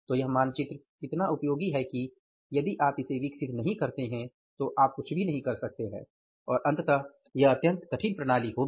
तो यह मानचित्र इतना उपयोगी है कि यदि आप इसे विकसित नहीं करते हैं तो आप कुछ भी नहीं कर सकते हैं और अंततः यह अत्यंत कठिन प्रणाली होगी